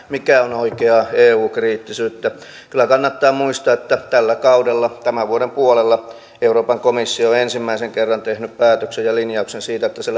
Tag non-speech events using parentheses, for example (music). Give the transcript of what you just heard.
(unintelligible) mikä on oikeaa eu kriittisyyttä kyllä kannattaa muistaa että tällä kaudella tämän vuoden puolella euroopan komissio on ensimmäisen kerran tehnyt päätöksen ja linjauksen siitä että se (unintelligible)